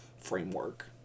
framework